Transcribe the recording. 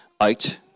out